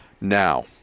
Now